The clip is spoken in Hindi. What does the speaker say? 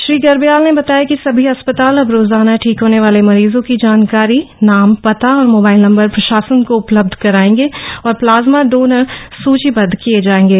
श्री गईयाल ने बताया कि समी अस्पताल अब रोजाना ठीक होने वाले मरीजों की जानकारी नाम पता और मोबाईल नम्बर प्रशासन को उपलब्ध कराएगा और प्लाज्मा डोनरर्स सुचीबद्ध किए जाएंगे